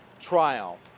trial